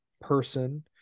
person